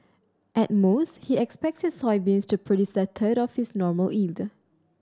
at most he expects his soybeans to produce a third of their normal yield